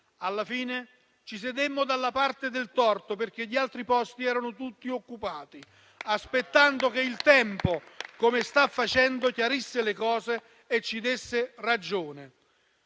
Alla fine ci sedemmo dalla parte del torto, perché gli altri posti erano tutti occupati, aspettando che il tempo - come sta facendo - chiarisse le cose e ci desse ragione.